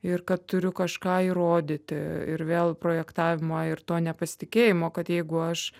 ir kad turiu kažką įrodyti ir vėl projektavimą ir to nepasitikėjimo kad jeigu aš